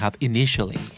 initially